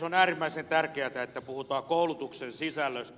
on äärimmäisen tärkeätä että puhutaan koulutuksen sisällöstä